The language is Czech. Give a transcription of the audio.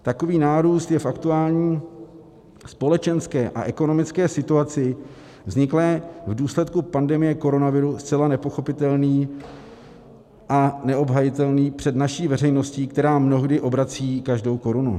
Takový nárůst je v aktuální společenské a ekonomické situaci vzniklé v důsledku pandemie koronaviru zcela nepochopitelný a neobhajitelný před naší veřejností, která mnohdy obrací každou korunu.